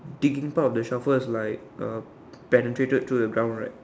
digging part of the shovel is like uh penetrated to the ground right